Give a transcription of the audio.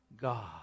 God